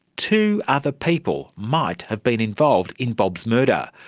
two other people might have been involved in bob's murder.